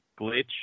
Glitch